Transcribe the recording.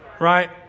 right